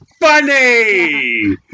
funny